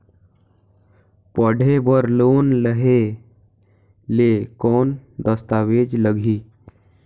पढ़े बर लोन लहे ले कौन दस्तावेज लगही?